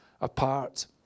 apart